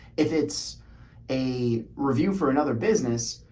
if it's a review for another business,